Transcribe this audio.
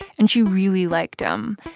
and she really liked him.